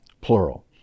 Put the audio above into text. plural